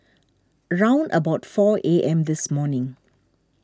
round about four A M this morning